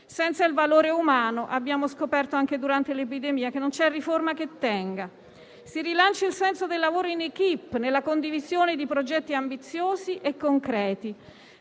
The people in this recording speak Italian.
Senza il valore umano - lo abbiamo scoperto anche durante l'epidemia - non c'è riforma che tenga. Si rilanci il senso del lavoro in *équipe*, nella condivisione di progetti ambiziosi e concreti,